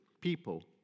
people